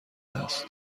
است